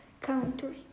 country